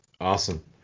awesome